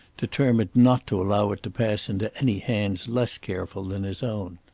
determined not to allow it to pass into any hands less careful than his own.